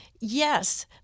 Yes